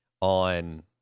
on